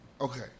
Okay